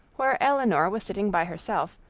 where elinor was sitting by herself,